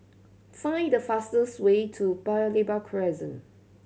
find the fastest way to Paya Lebar Crescent